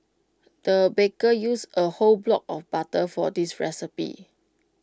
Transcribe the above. the baker used A whole block of butter for this recipe